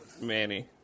Manny